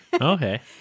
okay